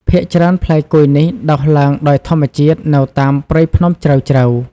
ភាគច្រើផ្លែគុយនេះដុះឡើងដោយធម្មជាតិ នៅតាមព្រៃភ្នំជ្រៅៗ។